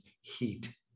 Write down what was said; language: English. heat